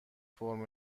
فرم